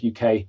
UK